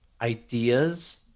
ideas